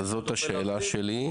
זאת השאלה שלי.